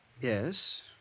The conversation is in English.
Yes